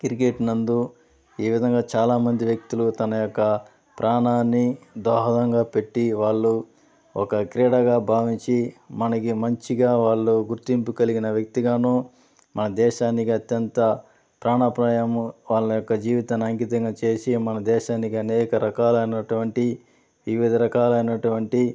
cricket నందు ఈ విధంగా చాలామంది వ్యక్తులు తన యొక్క ప్రాణాన్ని దోహాదంగా పెట్టి వాళ్ళు ఒక క్రీడగా భావించి మనకి మంచిగా వాళ్ళు గుర్తింపు కలిగిన వ్యక్తిగానూ మన దేశాన్ని అత్యంత ప్రాణాపాయము వాళ్ళ యొక్క జీవితాన్ని అంకితం చేసి మన దేశానికి అనేక రకాలైనటువంటి వివిధ రకాలైనటువంటి